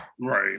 Right